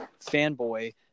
fanboy